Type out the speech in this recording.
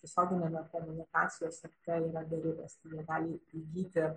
tiesioginiame komunikacijos akte yra beribės tai jie gali įgyti